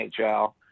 NHL